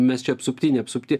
mes čia apsupti neapsupti